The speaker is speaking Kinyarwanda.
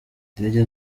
indege